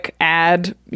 add